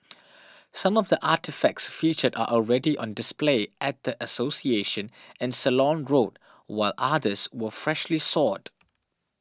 some of the artefacts featured are already on display at a association in Ceylon Road while others were freshly sought